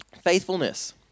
Faithfulness